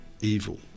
evil